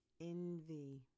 envy